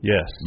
Yes